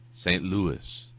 st. louis,